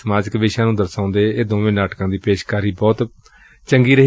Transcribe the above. ਸਮਾਜਿਕ ਵਿਸ਼ਿਆਂ ਨੂੰ ਦਰਸਾਉਂਦੇ ਇਨੂਂ ਦੋਵੇਂ ਨਾਟਕਾਂ ਦੀ ਪੇਸ਼ਕਾਰੀ ਬਹੁਤ ਚੰਗੀ ਰਹੀ